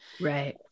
Right